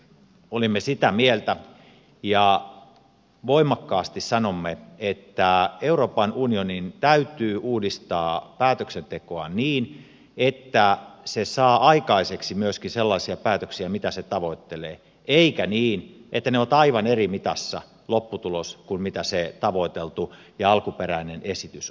olemme sitä mieltä ja voimakkaasti sanomme että euroopan unionin täytyy uudistaa päätöksentekoa niin että se saa aikaiseksi myöskin sellaisia päätöksiä mitä se tavoittelee eikä niin että lopputulos on aivan eri mitassa kuin mitä se tavoiteltu ja alkuperäinen esitys on